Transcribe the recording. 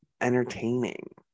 entertaining